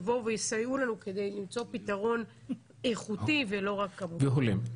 יבואו ויסייעו לנו כדי למצוא פתרון איכותי ולא רק כמותי.